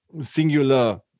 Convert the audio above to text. singular